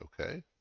Okay